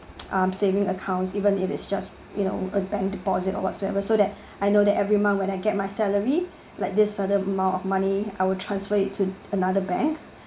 um saving accounts even if it's just you know a bank deposit or whatsoever so that I know that every month when I get my salary like this certain amount of money I will transfer it to another bank